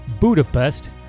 Budapest